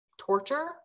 torture